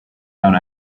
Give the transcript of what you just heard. done